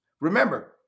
Remember